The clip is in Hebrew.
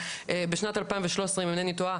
בשנת 2013 אם אינני טועה,